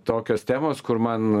tokios temos kur man